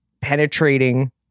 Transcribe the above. penetrating